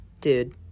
dude